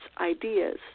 ideas